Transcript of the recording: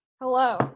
Hello